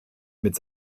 mit